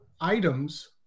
items